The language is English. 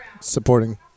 Supporting